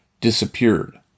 Disappeared